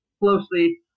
closely